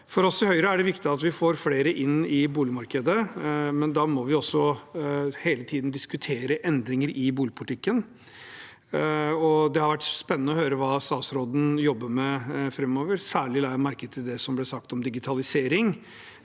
For oss i Høyre er det viktig at vi får flere inn i boligmarkedet. Da må vi hele tiden diskutere endringer i boligpolitikken. Det har vært spennende å høre hva statsråden jobber med framover. Særlig la jeg merke til det som ble sagt om digitalisering,